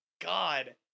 god